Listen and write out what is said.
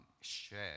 share